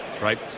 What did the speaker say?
right